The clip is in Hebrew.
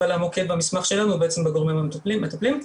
אבל המוקד במסמך שלנו הוא בגורמים המטפלים,